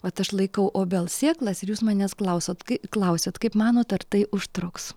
vat aš laikau obels sėklas ir jūs manęs klausot klausiat kaip manot ar tai užtruks